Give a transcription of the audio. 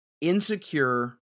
insecure